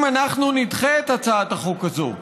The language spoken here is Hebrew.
אם אנחנו נדחה את הצעת החוק הזו,